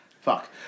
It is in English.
Fuck